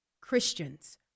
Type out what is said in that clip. Christians